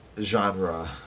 genre